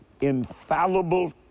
infallible